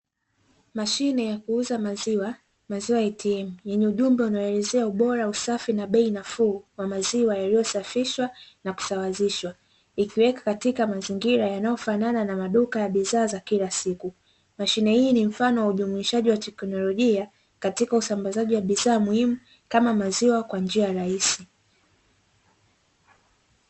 Mashine ya kuuza maziwa, "maziwa ya ATM" yenye ujumbe unaoelezea ubora, usafi na bei nafuu wa maziwa yaliyosafishwa na kusawazishwa. Ikiwekwa katika mazingira yanayofanana na maduka ya bidhaa za kila siku. Mashine hii ni mfano wa ujumuishaji wa kiteknolojia katika usambazaji wa bidhaa muhimu, kama maziwa kwa njia rahisi.